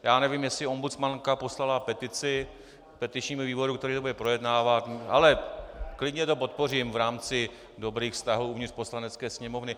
Já nevím, jestli ombudsmanka poslala petici petičnímu výboru, který to bude projednávat, ale klidně to podpořím v rámci dobrých vztahů uvnitř Poslanecké sněmovny.